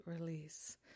release